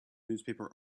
newspaper